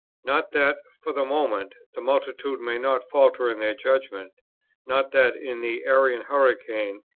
not that, for the moment, the multitude may not falter in their judgment not that, in the arian hurricane,